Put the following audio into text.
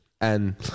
And-